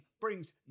brings